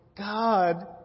God